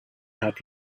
had